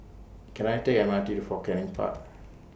Can I Take The M R T to Fort Canning Park